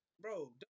Bro